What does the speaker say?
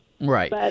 Right